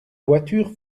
voiture